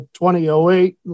2008